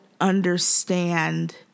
understand